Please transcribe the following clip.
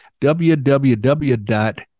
www